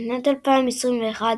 בשנת 2021